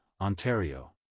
Ontario